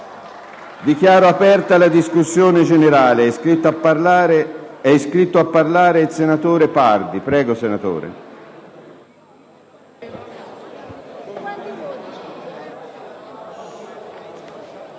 Dichiaro aperta la discussione generale. È iscritto a parlare il senatore Pardi. Ne ha facoltà.